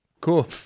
Cool